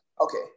okay